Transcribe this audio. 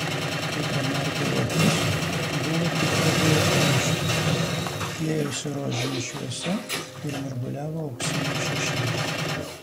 kai pramerkiau akis buvo tik pradėję aušti liejosi rožinė šviesa ir mirguliavo auksiniai šešėliai